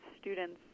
students